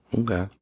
okay